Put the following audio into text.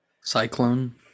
Cyclone